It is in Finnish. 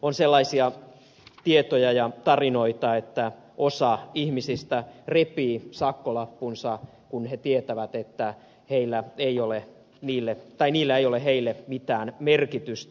on sellaisia tietoja ja tarinoita että osa ihmisistä repii sakkolappunsa kun he tietävät että heillä ei ole niille tai niillä ei ole heille mitään merkitystä